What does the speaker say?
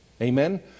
Amen